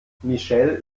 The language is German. michelle